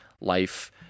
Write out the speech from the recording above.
life